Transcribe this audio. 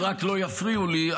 אם רק לא יפריעו לי,